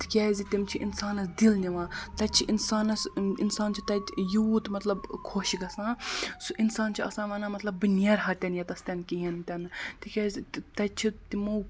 تِکیازِ تِم چھِ انسانس دِل نِوان تتہِ چھِ انسانس انسان چھُ تتہِ یوٗت مطلب خۄش گژھان سُہ انسان چھُ آسان ونان مطلب بہٕ نیرہا تہِ نہٕ ییٚتس تہِ نہٕ کِہیٖنۍ تہِ نہٕ تِکیازِ تتہِ چھِ تِمو